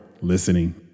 listening